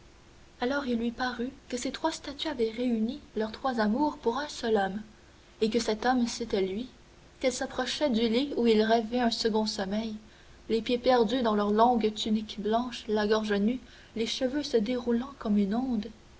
alors il lui parut que ces trois statues avaient réuni leurs trois amours pour un seul homme et que cet homme c'était lui qu'elles s'approchaient du lit où il rêvait un second sommeil les pieds perdus dans leurs longues tuniques blanches la gorge nue les cheveux se déroulant comme une onde